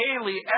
daily